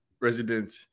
resident